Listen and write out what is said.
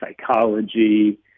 psychology